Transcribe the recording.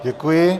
Děkuji.